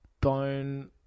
bone